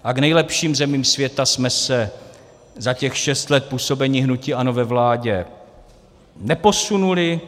A k nejlepším zemím světa jsme se za těch šest let působení hnutí ANO ve vládě neposunuli.